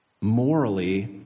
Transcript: morally